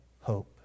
hope